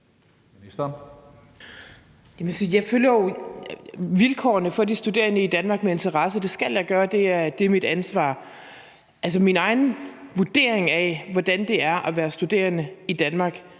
jo følger vilkårene for de studerende i Danmark med interesse, og det skal jeg gøre; det er mit ansvar. Altså, min egen vurdering af, hvordan det er at være studerende i Danmark,